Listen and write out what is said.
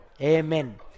Amen